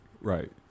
Right